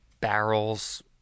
barrels